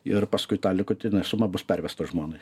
ir paskui tą likutinę sumą bus pervesta žmonai